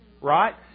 right